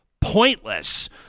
pointless